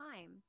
time